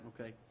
Okay